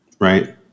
right